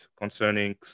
concerning